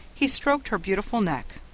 he stroked her beautiful neck.